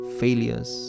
failures